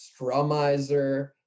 strumizer